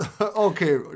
Okay